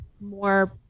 more